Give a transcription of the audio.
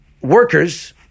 workers